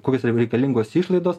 kokios jiem reikalingos išlaidos